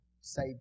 Say